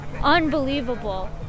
Unbelievable